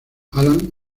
alan